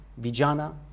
vijana